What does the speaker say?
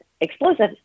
explosive